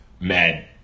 Mad